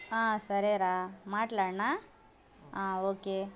సరేరా మాట్లాడనా ఓకే